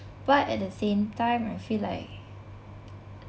but at the same time I feel like